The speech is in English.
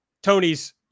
tony's